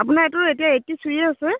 আপোনাৰ এইটো এতিয়া এইট্টি থ্ৰীয়ে আছে